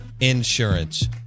Insurance